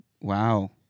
Wow